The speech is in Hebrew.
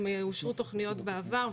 אם אושרו תכניות בעבר,